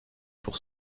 pour